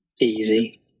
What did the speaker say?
easy